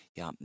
ja